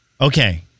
Okay